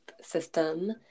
system